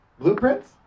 Blueprints